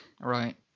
Right